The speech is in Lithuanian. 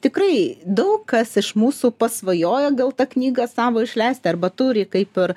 tikrai daug kas iš mūsų pasvajoja gal tą knygą savo išleisti arba turi kaip ir